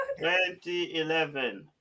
2011